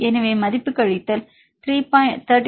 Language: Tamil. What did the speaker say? எனவே மதிப்பு கழித்தல் 34